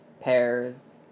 pears